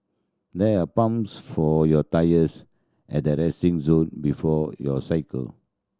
there are pumps for your tyres at the resting zone before you cycle